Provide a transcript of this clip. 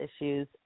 issues